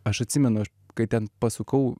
aš atsimenu kai ten pasukau